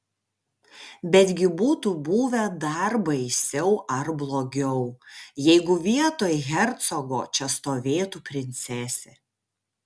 betgi būtų buvę dar baisiau ar blogiau jeigu vietoj hercogo čia stovėtų princesė